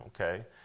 okay